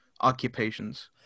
occupations